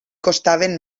costaven